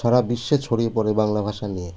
সারা বিশ্বে ছড়িয়ে পড়ে বাংলা ভাষা নিয়ে